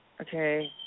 Okay